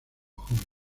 joven